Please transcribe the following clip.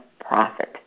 profit